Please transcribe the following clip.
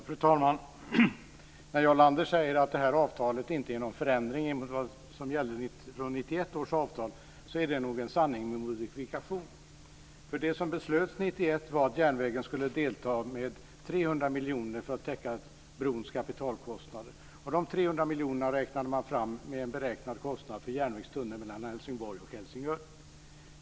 Fru talman! När Jarl Lander säger att det här avtalet inte är någon förändring mot vad som gällde i 1991 års avtal är det nog en sanning med modifikation. Det som beslöts 1991 var att järnvägen skulle delta med 300 miljoner för att täcka brons kapitalkostnader. De 300 miljonerna räknade man fram med en beräknad kostnad för järnvägstunneln mellan Helsingborg och Helsingör.